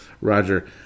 Roger